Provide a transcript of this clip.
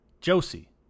Josie